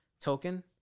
Token